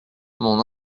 mon